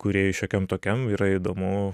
kūrėjui šiokiam tokiam yra įdomu